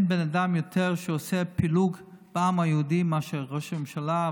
אין בן אדם שעושה יותר פילוג בעם היהודי מאשר ראש הממשלה,